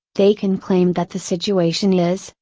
they can claim that the situation is,